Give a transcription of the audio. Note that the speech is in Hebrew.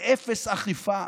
ואפס אכיפה.